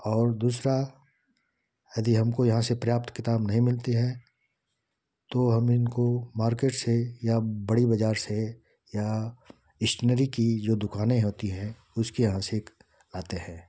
और दूसरा यदि हमको यहाँ से पर्याप्त किताब नहीं मिलती है तो हम इनको मार्केट से या बड़ी बज़ार से या इष्टनरी की जो दुकानें होती हैं उसके यहाँ से लाते हैं